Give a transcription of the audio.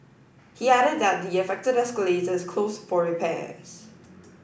he added that the affected escalator is closed for repairs